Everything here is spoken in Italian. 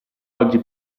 oggi